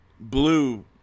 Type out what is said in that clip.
blue